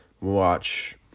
watch